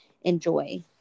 enjoy